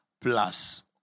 plus